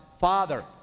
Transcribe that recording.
Father